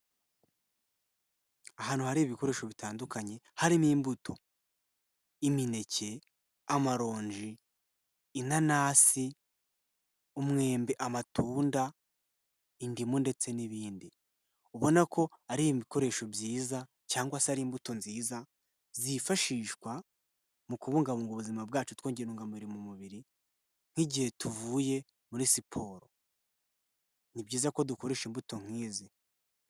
Ahantu hari ibikoresho bitandukanye harimo imbuto. Imineke, amaronji, inanasi, umwembe, amatunda, indimu ndetse n'ibindi. Ubona ko ari ibikoresho byiza cyangwa se ari imbuto nziza zifashishwa mu kubungabunga ubuzima bwacu, twongera intungamubiri mu mubiri nk'igihe tuvuye muri siporo. Ni byiza ko dukoresha imbuto nk'izi.